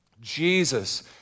Jesus